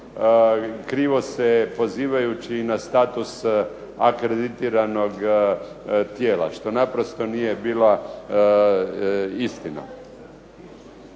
krivo se pozivajući na status akreditiranog tijela što naprosto nije bila istina.